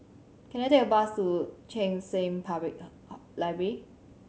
can I take a bus to Cheng San Public Library